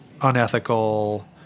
unethical